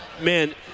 man